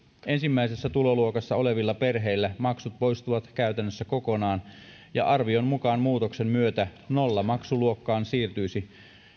ensimmäisessä tuloluokassa olevilta perheiltä maksut poistuvat käytännössä kokonaan ja arvion mukaan muutoksen myötä nollamaksuluokkaan siirtyisi